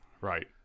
right